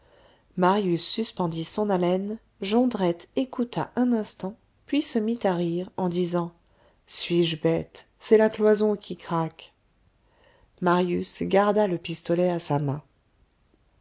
marius suspendit son haleine jondrette écouta un instant puis se mit à rire en disant suis-je bête c'est la cloison qui craque marius garda le pistolet à sa main